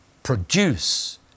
produce